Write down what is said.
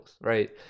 right